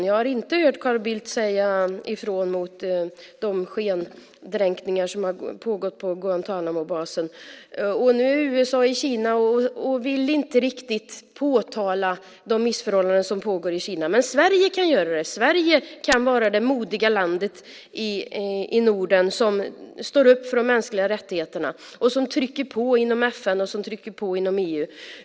Jag har inte hört Carl Bildt säga ifrån angående de skendränkningar som har pågått på Guantánamobasen. Nu är USA i Kina och vill inte riktigt påtala de missförhållanden som pågår i Kina. Men Sverige kan göra det. Sverige kan vara det modiga landet i Norden som står upp för de mänskliga rättigheterna och trycker på i FN och i EU.